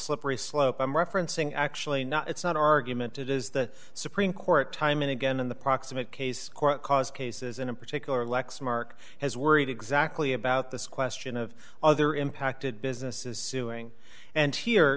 slippery slope i'm referencing actually not it's not argument it is the supreme court time and again in the proximate case cause cases in a particular lexmark has worried exactly about this question of other impacted businesses suing and he